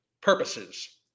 purposes